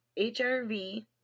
HRV